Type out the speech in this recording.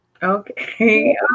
Okay